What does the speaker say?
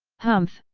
humph,